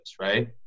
right